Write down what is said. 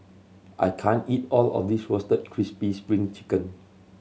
I can't eat all of this Roasted Crispy Spring Chicken